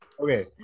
okay